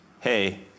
hey